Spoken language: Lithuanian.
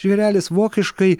žvėrelis vokiškai